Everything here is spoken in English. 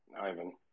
Ivan